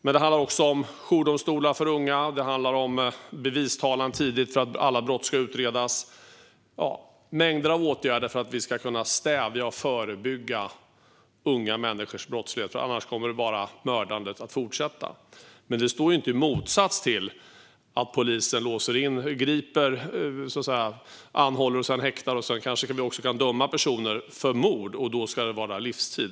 Det handlar också om jourdomstolar för unga, bevistalan tidigt för att alla brott ska utredas och mängder av andra åtgärder för att vi ska kunna stävja och förebygga unga människors brottslighet. Annars kommer mördandet bara att fortsätta. Men detta står inte i motsatsställning till att polisen griper, anhåller och häktar personer som sedan kanske kan dömas för mord. Då ska det vara livstid.